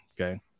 Okay